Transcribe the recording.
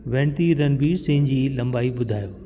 वेनती रणवीर सिंह जी लंबाई ॿुधायो